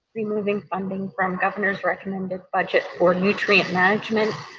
removing funding from governor's recommended budget for nutrient management